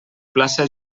plaça